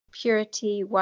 Purity